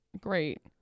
Great